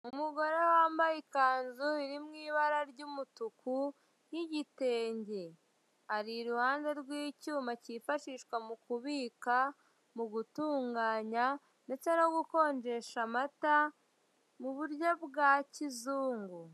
Umugore wambaye ikanzu iri mw'ibara ry'umutuku n'igitenge. Ari iruhande rw'icyuma cyifashishwa mu kubika, mu gutunganya ndetse no gukonjesha amata mu buryo bwa kizungu.